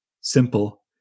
simple